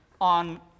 on